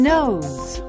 Nose